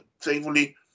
thankfully